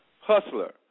hustler